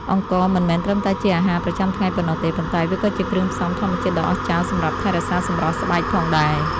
អង្ករមិនមែនត្រឹមតែជាអាហារប្រចាំថ្ងៃប៉ុណ្ណោះទេ ប៉ុន្តែវាក៏ជាគ្រឿងផ្សំធម្មជាតិដ៏អស្ចារ្យសម្រាប់ថែរក្សាសម្រស់ស្បែកផងដែរ។